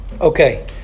Okay